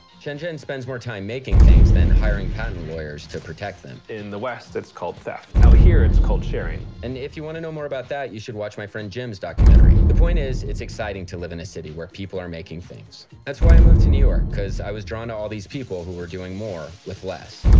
shenzhen spends more time making things than hiring patent lawyers to protect them. in the west it's called theft, out here it's called sharing. and if you want to know more about that, you should watch my friend jim's documentary. the point is, it's exciting to live in a city where people are making things. that's why i moved to new york, because i was drawn to all these people who were doing more with less.